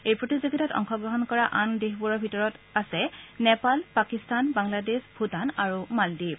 এই প্ৰতিযোগিতাত অংশগ্ৰহণ কৰা আন দেশবোৰ হ'ল নেপাল পাকিস্তান বাংলাদেশ ভূটান আৰু মালদ্বীপ